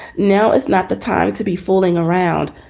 now it's not the time to be fooling around.